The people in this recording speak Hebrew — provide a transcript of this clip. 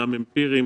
גם אמפיריים,